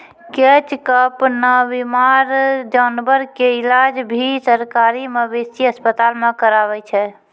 catch कार्प नॅ बीमार जानवर के इलाज भी सरकारी मवेशी अस्पताल मॅ करावै छै